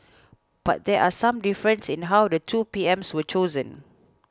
but there are some differences in how the two P Ms were chosen